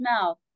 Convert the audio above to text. mouth